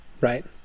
right